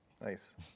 Nice